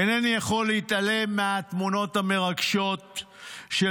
אינני יכול להתעלם מהתמונות המרגשות של